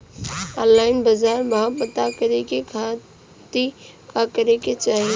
Online बाजार भाव पता करे के खाती का करे के चाही?